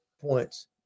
points